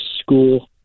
school